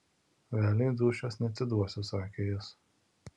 velniui dūšios neatiduosiu sakė jis